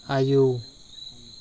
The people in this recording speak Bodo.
आयौ